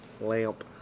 Lamp